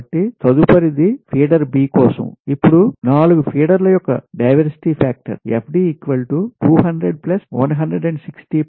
కాబట్టి తదుపరి the feeder B కోసం ఇప్పుడు 4 ఫీడర్ల యొక్క డైవర్సిటీ ఫాక్టర్ FD 200160150200 6001